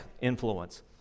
influence